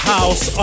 House